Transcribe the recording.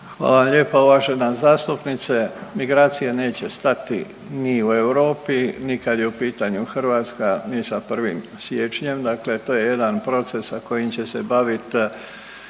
Hvala lijepa uvažena zastupnice. Migracije neće stati ni u Europi, ni kad je u pitanju Hrvatska, ni sa 1. siječnjem, dakle to je jedan proces sa kojim će se baviti